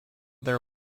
their